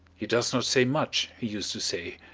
he does not say much, he used to say,